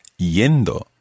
yendo